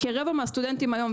כרבע מהסטודנטים היום,